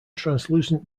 translucent